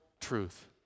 truth